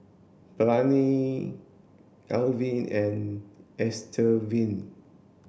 Blaine Alvy and Estevan